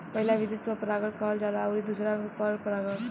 पहिला विधि स्व परागण कहल जाला अउरी दुसरका के पर परागण